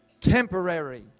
temporary